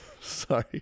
Sorry